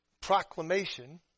proclamation